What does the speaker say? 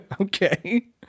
Okay